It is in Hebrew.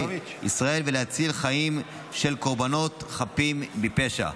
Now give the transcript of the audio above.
ישראל ולהציל חיים של קורבנות חפים מפשע.